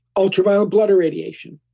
ultraviolet blood irradiation.